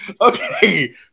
Okay